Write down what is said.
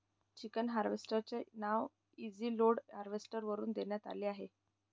chicken harvester चे नाव easy load harvester वरून देण्यात आले आहे